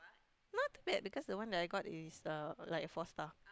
not bad because the one I got is uh like a four star